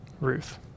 Ruth